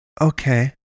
Okay